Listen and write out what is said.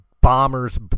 bombers